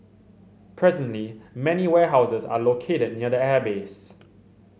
presently many warehouses are located near the airbase